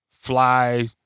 fly